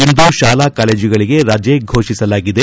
ಇಂದು ಶಾಲಾ ಕಾಲೇಜುಗಳಿಗೆ ರಜೆ ಫೋಷಿಸಲಾಗಿದೆ